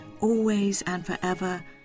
always-and-forever